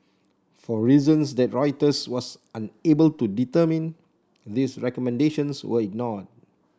for reasons that Reuters was unable to determine these recommendations were ignored